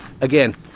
again